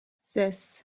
zes